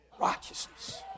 righteousness